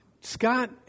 Scott